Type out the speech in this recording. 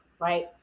right